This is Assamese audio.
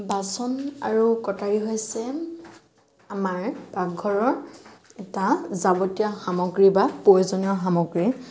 বাচন আৰু কটাৰী হৈছে আমাৰ পাকঘৰৰ এটা যাৱতীয় সামগ্ৰী বা প্ৰয়োজনীয় সামগ্ৰী